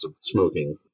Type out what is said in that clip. smoking